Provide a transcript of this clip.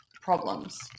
problems